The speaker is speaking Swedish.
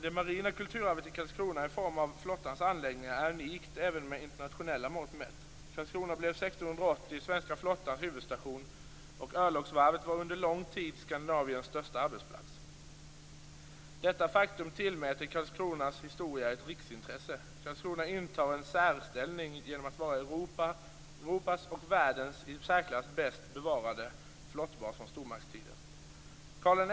Det marina kulturarvet i Karlskrona i form av flottans anläggningar är unikt även med internationella mått mätt. Karlskrona blev 1680 svenska flottans huvudstation, och örlogsvarvet var under lång tid Skandinaviens största arbetsplats. Detta faktum tillmäter Karlskronas historia ett riksintresse. Karlskrona intar en särställning genom att vara Europas och världens i särklass bäst bevarade flottbas från stormaktstiden.